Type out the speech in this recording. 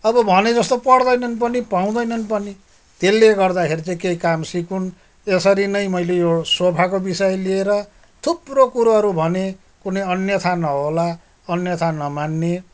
अब भनेजस्तो पढ्दैनन् पनि पाउँदैनन् पनि त्यसले गर्दाखेरि चाहिँ केही काम सिकुन् यसरी नै मैले यो सोफाको विषय लिएर थुप्रो कुरोहरू भनेँ कुनै अन्यथा नहोला अन्यथा नमान्ने